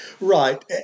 Right